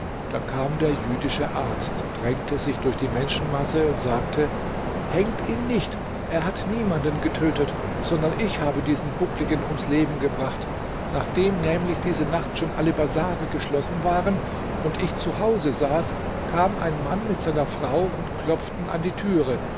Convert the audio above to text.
da kam der jüdische arzt drängte sich durch die menschenmasse und sagte hängt ihn nicht er hat niemanden getötet sondern ich habe diesen buckligen ums leben gebracht nachdem nämlich diese nacht schon alle bazare geschlossen waren und ich zu hause saß kam ein mann mit seiner frau und klopften an die türe